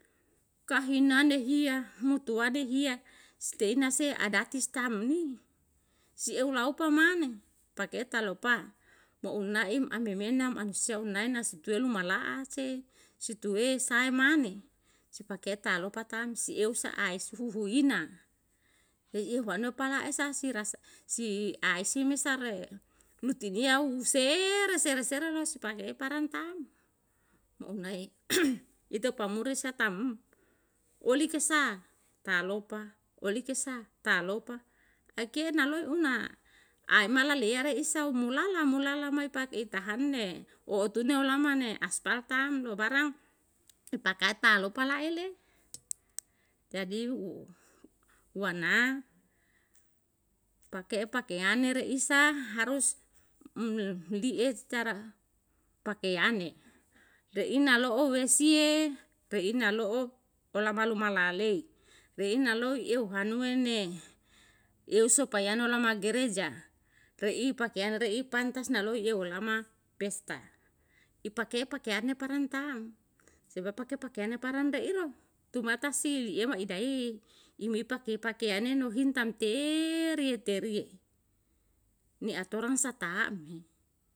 Kahinane hiya mutuwane hiya skena sei adastis tam ni seulaupa mane pake talopa maunaim amemena amsia umnaina umala'a si tue sai mane si pake talopa tan si ue sa'ae suhuhu hina eheu wano pala esasi rasa si aesimi sar lutiliao sere seret losapake parang tang ma unai uta upamurisatam olike sa talopa akenaloi una ae mala yeyare isao mula mula mae pake itahanne o utune lamane aspaltan barang pakae talopa lae le'e jadi wana pake pake yane risa harus um liet secara pakeane reina lo'o wesie reina lo'o olam ruma lalei reina lo'o eu hanue ne eu sopayano lama gereja rei pakian rei pantas naloi eulama pesta i pakian pakian parantam sebab pakian pakian paranda iro tumata si i ema itai im tai pakian i bintang teriyee teriyeee atoran sa ta'am